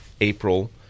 April